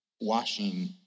Washing